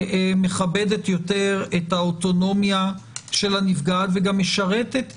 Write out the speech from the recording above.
מכבדת יותר את האוטונומיה של הנפגעת וגם משרתת היטב,